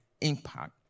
impact